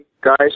guys